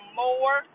more